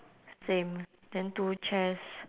same then two chairs